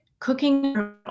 cooking